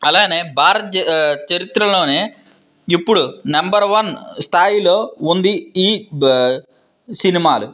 అలాగే భారత చరిత్రలోనే ఇప్పుడు నెంబర్ వన్ స్థాయిలో ఉంది ఈ బ్ సినిమాలు